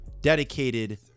dedicated